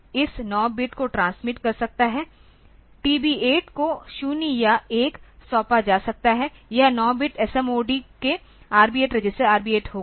तो एक इस 9 बिट को ट्रांसमिट कर सकता है TB8 को 0 या 1 सौंपा जा सकता है यह 9 बिट SMOD के RB 8 रजिस्टर RB8 होगा